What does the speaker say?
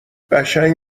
قشنگ